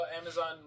Amazon